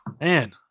Man